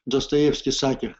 dostojevskis sakė